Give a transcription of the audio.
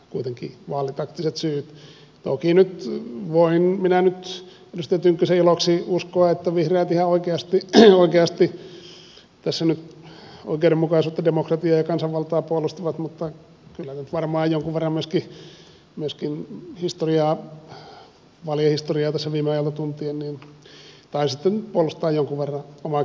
toki voin minä nyt edustaja tynkkysen iloksi uskoa että vihreät ihan oikeasti tässä oikeudenmukaisuutta demokratiaa ja kansanvaltaa puolustavat mutta kyllä nyt varmaan jonkun verran myöskin vaalien historiaa viime ajalta tuntien taisitte puolustaa jonkun verran omaakin asemaanne